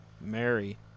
Mary